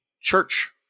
church